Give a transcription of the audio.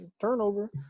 turnover